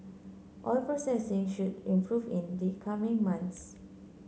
oil processing should improve in the coming months